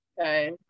Okay